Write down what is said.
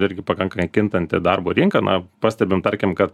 irgi pakankai kintanti darbo rinka na pastebim tarkim kad